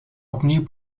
opnieuw